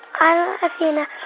i'm athena.